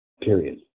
Period